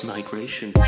Migration